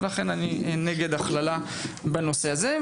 ולכן אני נגד הכללה בנושא הזה.